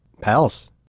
pals